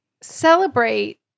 celebrate